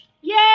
Yay